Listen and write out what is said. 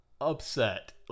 upset